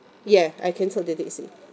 ya I cancelled the taxi